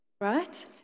right